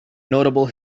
notable